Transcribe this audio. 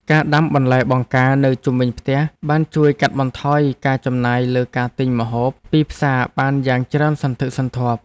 ការដាំបន្លែបង្ការនៅជុំវិញផ្ទះបានជួយកាត់បន្ថយការចំណាយលើការទិញម្ហូបពីផ្សារបានយ៉ាងច្រើនសន្ធឹកសន្ធាប់។